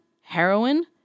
heroin